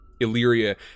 Illyria